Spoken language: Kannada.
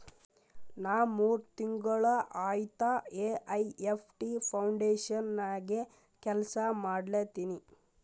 ನಾ ಮೂರ್ ತಿಂಗುಳ ಆಯ್ತ ಎ.ಐ.ಎಫ್.ಟಿ ಫೌಂಡೇಶನ್ ನಾಗೆ ಕೆಲ್ಸಾ ಮಾಡ್ಲತಿನಿ